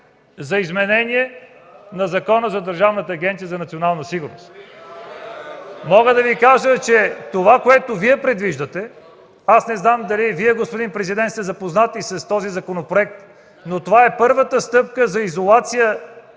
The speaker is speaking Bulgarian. за изменение на Закона за Държавна агенция „Национална сигурност”. (Шум, реплики от КБ и ДПС.) Мога да Ви кажа, че това, което Вие предвиждате и аз не знам дали и Вие, господин президент, сте запознат с този законопроект, но това е първата стъпка за изолация